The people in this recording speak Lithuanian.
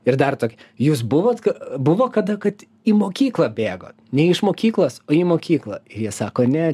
ir dar tokia jūs buvot kai buvo kada kad į mokyklą bėgot ne iš mokyklos o į mokyklą jie sako ne